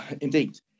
Indeed